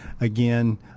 again